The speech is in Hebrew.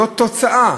זאת תוצאה.